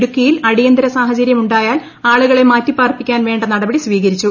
ഇടുക്കിയിൽ അടിയന്തര സാഹചര്യം ഉണ്ടായാൽ ആളുകളെ മാറ്റിപ്പാർപ്പിക്കാൻ വേണ്ട നടപടി സ്വീകരിച്ചു